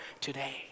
today